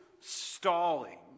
stalling